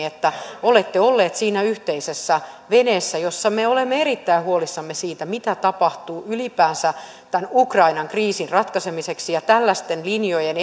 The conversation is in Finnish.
että olette olleet siinä yhteisessä veneessä jossa me olemme erittäin huolissamme siitä mitä tapahtuu ylipäänsä tämän ukrainan kriisin ratkaisemiseksi tällaisten linjojen